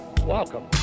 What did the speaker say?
welcome